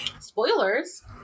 Spoilers